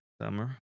Summer